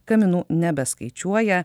kaminų nebeskaičiuoja